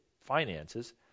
finances